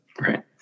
Right